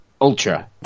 Ultra